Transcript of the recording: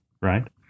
right